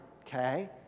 okay